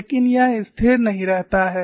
लेकिन यह स्थिर नहीं रहता है